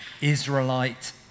Israelite